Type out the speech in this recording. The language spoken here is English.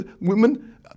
women